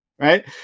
right